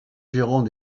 gérant